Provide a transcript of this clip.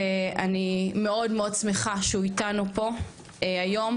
ואני מאוד מאוד שמחה שהוא איתנו פה היום,